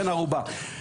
בן ערובה.